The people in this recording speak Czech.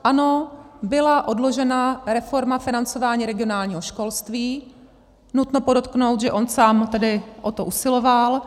Ano, byla odložena reforma financování regionálního školství, nutno podotknout, že on sám tedy o to usiloval.